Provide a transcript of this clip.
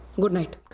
good night.